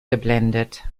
geblendet